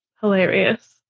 hilarious